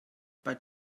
but